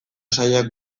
sailak